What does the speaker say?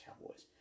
Cowboys